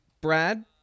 Brad